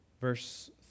Verse